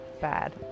bad